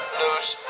loose